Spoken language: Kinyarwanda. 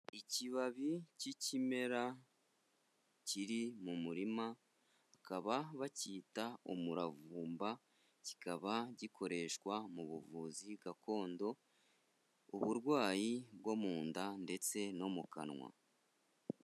Ikibabi cy'ikimera kiri mu murima bakaba bacyita umuravumba, kikaba gikoreshwa mu buvuzi gakondo, uburwayi bwo mu nda ndetse no mu kanwa.